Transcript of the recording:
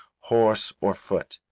horse or foot.